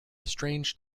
strange